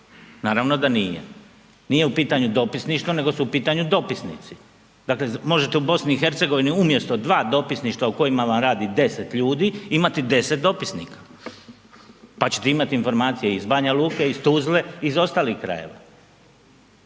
Naravno da nije. Nije u pitanju dopisništvo nego su u pitanju dopisnici, dakle možete u BiH-u umjesto dva dopisništva u kojima vam radi 10 ljudi, imati 10 dopisnika. Pa ćete imati informacije iz Banja Luke, iz Tuzle, iz ostalih krajeva.